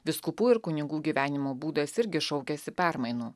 vyskupų ir kunigų gyvenimo būdas irgi šaukiasi permainų